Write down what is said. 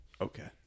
Okay